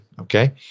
Okay